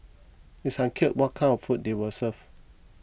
it is unclear what kind of food they were served